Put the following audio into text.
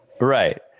Right